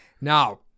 Now